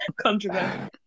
Controversial